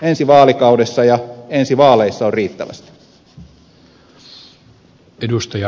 ensi vaalikaudessa ja ensi vaaleissa on riittävästi